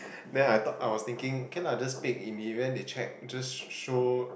then I thought I was thinking can lah just take in the end they check just show